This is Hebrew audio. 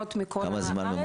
מגיעות מכל הארץ.